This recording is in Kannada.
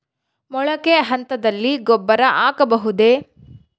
ಮೊಳಕೆ ಹಂತದಲ್ಲಿ ಗೊಬ್ಬರ ಹಾಕಬಹುದೇ?